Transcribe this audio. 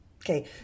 Okay